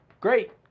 great